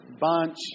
Bunch